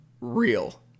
real